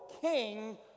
king